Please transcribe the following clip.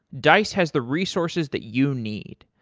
dice has the resources that you need.